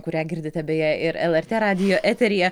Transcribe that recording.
kurią girdite beje ir lrt radijo eteryje